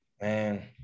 man